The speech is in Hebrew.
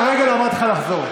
לרגע לא אמרתי לך לחזור.